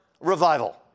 revival